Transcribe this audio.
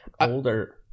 older